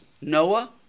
Noah